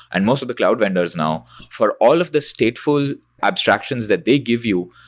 and most of the cloud vendors now, for all of the stateful abstractions that they give you,